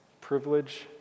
privilege